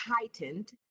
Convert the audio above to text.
heightened